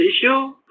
issue